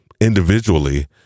individually